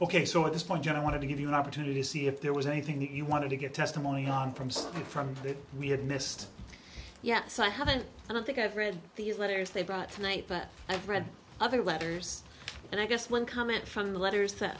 ok so at this point i want to give you an opportunity to see if there was anything he wanted to get testimony on primes from that we had missed yet so i haven't i don't think i've read the letters they brought for night that i've read other letters and i guess one comment from the letters that